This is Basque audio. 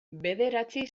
bederatzi